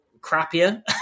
crappier